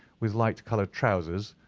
with light-coloured trousers,